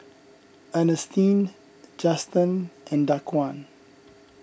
Ernestine Juston and Daquan